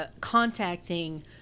contacting